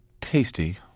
tasty